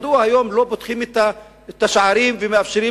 מדוע לא פותחים היום את השערים ומאפשרים